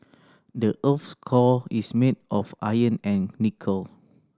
the earth's core is made of iron and nickel